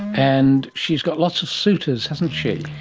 and she's got lots of suitors, hasn't she.